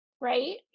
right